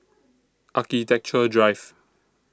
Architecture Drive